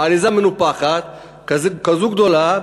אף אחד לא מטפל בזה,